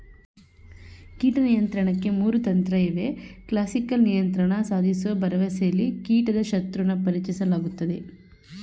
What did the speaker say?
ಕೀಟ ನಿಯಂತ್ರಣಕ್ಕೆ ಮೂರು ತಂತ್ರಇವೆ ಕ್ಲಾಸಿಕಲ್ ನಿಯಂತ್ರಣ ಸಾಧಿಸೋ ಭರವಸೆಲಿ ಕೀಟದ ಶತ್ರುನ ಪರಿಚಯಿಸಲಾಗ್ತದೆ